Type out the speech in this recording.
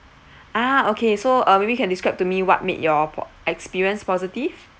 ah okay so uh maybe can describe to me what made your po~ experience positive